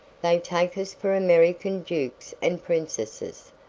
they take us for american dukes and princesses,